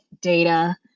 data